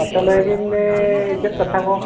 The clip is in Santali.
ᱟᱪᱪᱷᱟ ᱞᱟᱹᱭ ᱵᱤᱱ ᱪᱮᱫ ᱠᱟᱛᱷᱟ ᱠᱚ